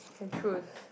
can choose